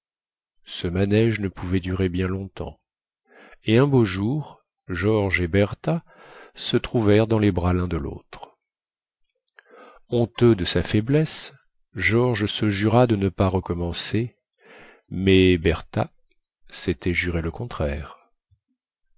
ce manège ne pouvait durer bien longtemps et un beau jour george et bertha se trouvèrent dans les bras lun de lautre honteux de sa faiblesse george se jura de ne pas recommencer mais bertha sétait juré le contraire